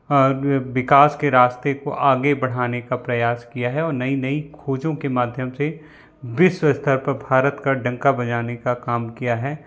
आगे विकास के रास्ते को आगे बढ़ाने का प्रयास किया है और नई नई खोजों के माध्यम से विश्व स्तर पर भारत का डंका बजाने का काम किया है